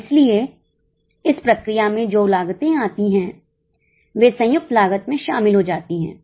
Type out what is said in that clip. इसलिए इस प्रक्रिया में जो लागतें आती हैं वे संयुक्त लागत में शामिल हो जाती हैं